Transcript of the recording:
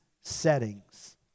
settings